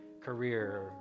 career